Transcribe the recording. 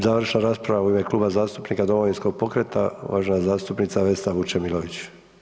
Završna rasprava u ime Kluba zastupnika Domovinskog pokreta, uvažena zastupnica Vesna Vučemilović.